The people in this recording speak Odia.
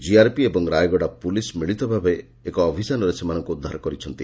ଜିଆରପି ଏବଂ ରାୟଗଡା ପୋଲିସ ମିଳିତଭାବେ ଏକ ଅଭିଯାନରେ ସେମାନଙ୍କୁ ଉଦ୍ଧାର କରିଛନ୍ତି